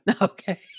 Okay